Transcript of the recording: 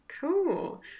Cool